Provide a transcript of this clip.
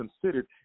considered